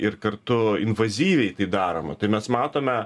ir kartu invazyviai tai daroma tai mes matome